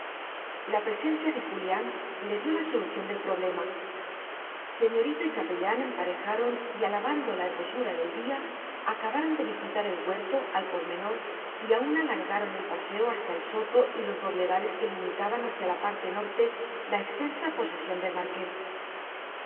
la presencia de julián le dio la solución del problema señorito y capellán emparejaron y alabando la hermosura del día acabaron de visitar el huerto al pormenor y aun alargaron el paseo hasta el soto y los robledales que limitaban hacia la parte norte la extensa posesión del marqués